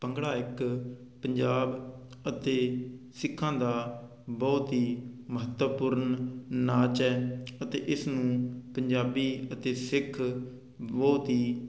ਭੰਗੜਾ ਇੱਕ ਪੰਜਾਬ ਅਤੇ ਸਿੱਖਾਂ ਦਾ ਬਹੁਤ ਹੀ ਮਹੱਤਵਪੂਰਨ ਨਾਚ ਹੈ ਅਤੇ ਇਸ ਨੂੰ ਪੰਜਾਬੀ ਅਤੇ ਸਿੱਖ ਬਹੁਤ ਹੀ